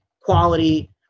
quality